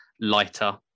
lighter